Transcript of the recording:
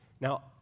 Now